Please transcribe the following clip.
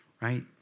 right